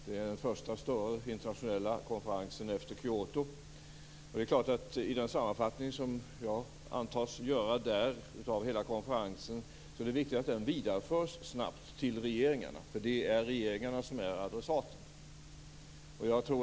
Det är den första större internationella konferensen efter Kyoto. Det är klart att det är viktigt att den sammanfattning av hela konferensen som jag antas göra där snabbt vidareförs till regeringarna. Det är regeringarna som är adressaten.